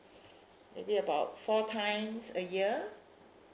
maybe about four times a year